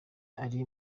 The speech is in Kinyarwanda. ari